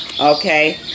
Okay